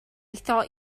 thought